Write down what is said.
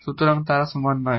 সুতরাং তারা সমান নয়